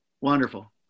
Wonderful